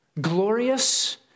glorious